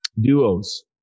duos